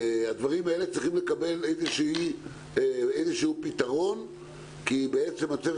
הדברים האלה צריכים לקבל איזה פתרון כי בעצם הצוות